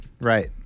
right